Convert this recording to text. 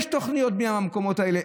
יש תוכניות בנייה במקומות האלה.